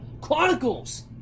Chronicles